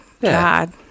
God